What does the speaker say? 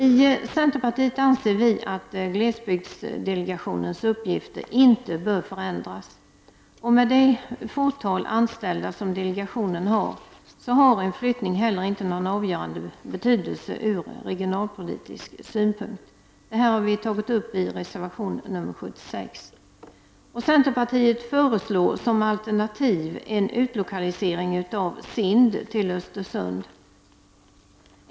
I centerpartiet anser vi att glesbygdsdelegationens uppgifter inte bör för ändras. Och med det fåtal anställda som delegationen har har en flyttning heller inte någon avgörande betydelse från regionalpolitisk synpunkt. Det här har vi tagit upp i reservation nr 76. Centerpartiet föreslår som alternativ en utlokalisering av SIND till Östersund.